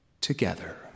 together